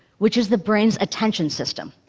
which is the brain's attention system.